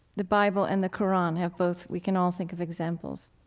the bible and the qur'an have both we can all think of examples.